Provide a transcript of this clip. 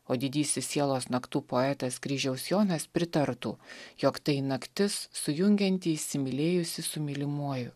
o didysis sielos naktų poetas kryžiaus jonas pritartų jog tai naktis sujungianti įsimylėjusį su mylimuoju